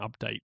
update